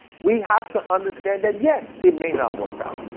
we have to understand that yes, it may not work out.